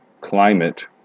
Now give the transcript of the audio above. climate